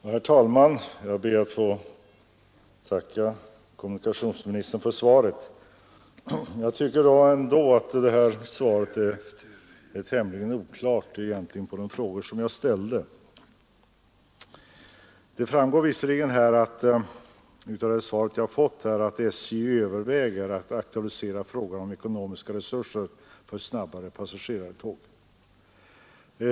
Herr talman! Jag ber att få tacka kommunikationsministern för svaret. Jag tycker emellertid att svaret är tämligen oklart med tanke på de frågor jag ställde. Det framgår visserligen av svaret att SJ överväger att aktualisera frågan om ekonomiska resurser för snabbare passagerartåg.